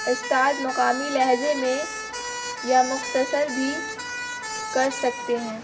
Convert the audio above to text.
استاد مقامی لہجے میں یا مختصر بھی کر سکتے ہیں